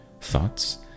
thoughts